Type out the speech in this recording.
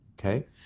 Okay